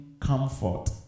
comfort